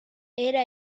era